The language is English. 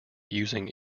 using